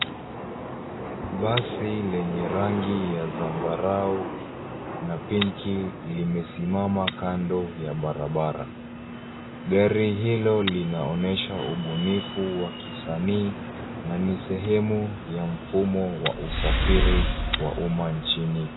Basi lenye rangi ya zambarau na pinki imesimama kando ya barabara. Gari hilo linaonesha ubunifu wa kisanii na ni sehemu ya mfumo wa usafiri wa uma nchini Kenya.